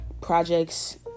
projects